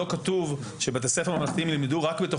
לא כתוב שבתי הספר הממלכתיים ילמדו רק עם